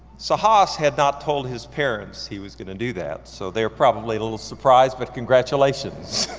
sahas had not told his parents he was gonna do that, so they're probably a little surprised but congratulations.